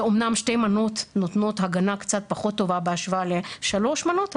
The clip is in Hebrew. שאומנם שתי מנות נותנות הגנה קצת פחות טובה בהשוואה לשלוש מנות,